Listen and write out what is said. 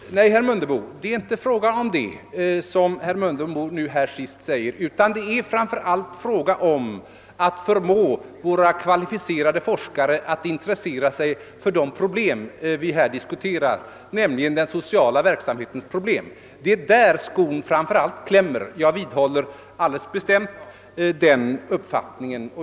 Herr talman! Nej, herr Mundebo, det är inte frågan om det som herr Mundebo säger, utan det är framför allt fråga om att förmå våra kvalificerade forskare att intressera sig för de pro blem vi här diskuterar, nämligen den sociala verksamhetens problem. Det är framför allt där skon klämmer. Jag vidhåller alldeles bestämt den uppfattningen.